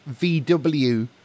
VW